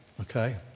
Okay